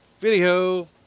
Video